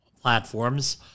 platforms